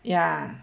ya